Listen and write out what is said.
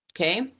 okay